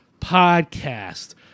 podcast